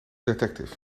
detective